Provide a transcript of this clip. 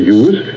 use